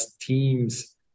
team's